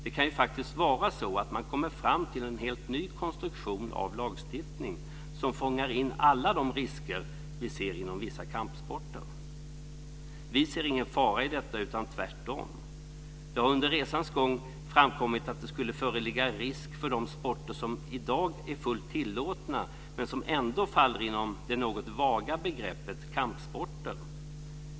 Det kan faktiskt vara så att man kommer fram till en helt ny konstruktion av lagstiftning, som fångar in alla de risker som vi ser inom vissa kampsporter. Vi ser ingen fara i detta, tvärtom. Det har under resans gång framkommit att det skulle föreligga en risk för de sporter som i dag är fullt tillåtna, men som ändå faller inom det något vaga begreppet kampsporter.